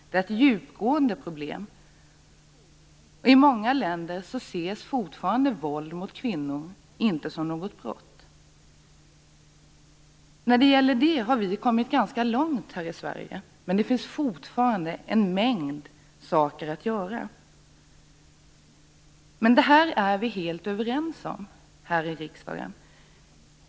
Det är ett djupgående problem. I många länder ses våld mot kvinnor fortfarande inte som något brott. När det gäller våld mot kvinnor har vi kommit ganska långt här i Sverige, men det finns fortfarande väldigt mycket att göra. I denna fråga är vi helt överens här i riksdagen.